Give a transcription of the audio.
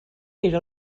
era